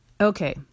Okay